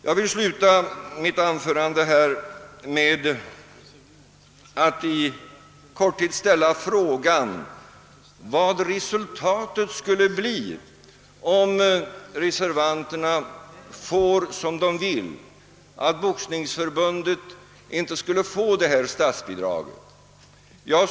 Jag vill sluta mitt anförande med att i korthet ställa frågan, vad resultatet skulle bli om reservanterna fick som de vill, att Boxningsförbundet inte skulle få del av statsbidraget.